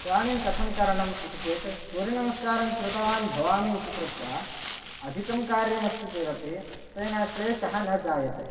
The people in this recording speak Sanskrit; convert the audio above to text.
तदानीं कथं करणम् इति चेत् सूर्यनमस्कारं कृतवान् भवामि इति कृत्वा अधिकं कार्यमस्ति चेदपि तेन क्लेशः न जायते